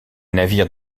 navires